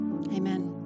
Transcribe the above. Amen